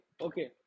okay